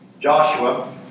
Joshua